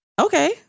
Okay